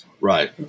Right